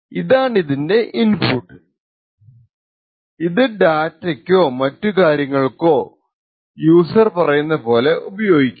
ഇതാണിതിന്റെ input ഇത് ഡാറ്റക്കോ മറ്റുകാര്യങ്ങൾക്കോ യൂസർ പറയുന്ന പോലെ ഉപയോഗിക്കാം